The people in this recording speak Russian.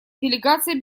делегация